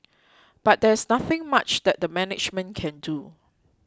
but there is nothing much that the management can do